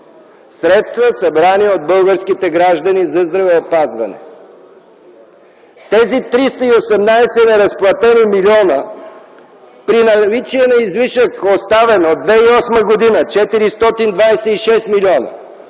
средства, събрани от българските граждани за здравеопазване. Тези неразплатени 318 милиона при наличие на излишък, оставен от 2008 г. – 426 млн.,